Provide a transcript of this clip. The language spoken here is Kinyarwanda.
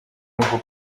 nubwo